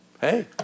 hey